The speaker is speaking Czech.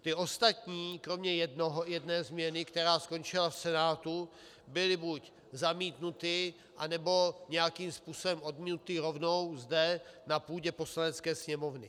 Ty ostatní kromě jedné změny, která skončila v Senátu, byly buď zamítnuty, anebo nějakým způsobem odmítnuty rovnou zde na půdě Poslanecké sněmovny.